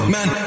Man